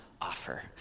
offer